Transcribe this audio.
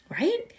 Right